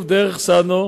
פרץ לנחל-איילון,